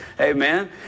amen